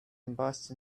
embossed